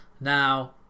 Now